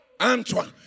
Antoine